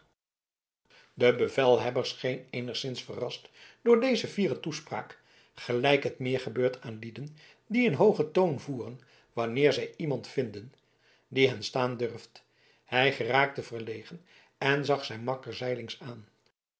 de bevelhebber scheen eenigszins verrast door deze fiere toespraak gelijk het meer gebeurt aan lieden die een hoogen toon voeren wanneer zij iemand vinden die hen staan durft hij geraakte verlegen en zag zijn makker zijlings aan